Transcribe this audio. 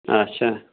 آچھا